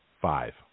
five